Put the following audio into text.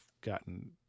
gotten